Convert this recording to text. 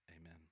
Amen